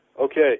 okay